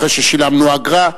אחרי ששילמנו אגרה,